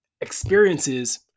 experiences